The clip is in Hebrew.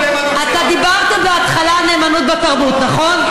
אתה דיברת בהתחלה על נאמנות בתרבות, נכון?